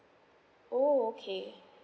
oh okay